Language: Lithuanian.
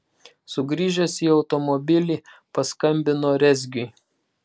sugrįžęs į automobilį paskambino rezgiui